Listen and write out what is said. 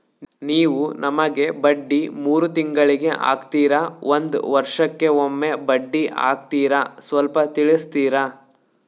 ನೀವು ನಮಗೆ ಬಡ್ಡಿ ಮೂರು ತಿಂಗಳಿಗೆ ಹಾಕ್ತಿರಾ, ಒಂದ್ ವರ್ಷಕ್ಕೆ ಒಮ್ಮೆ ಬಡ್ಡಿ ಹಾಕ್ತಿರಾ ಸ್ವಲ್ಪ ತಿಳಿಸ್ತೀರ?